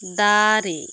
ᱫᱟᱨᱮ